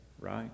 right